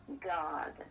God